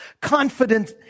confident